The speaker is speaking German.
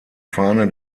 fahne